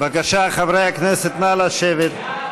בבקשה, חברי הכנסת, נא לשבת.